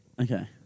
Okay